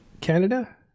Canada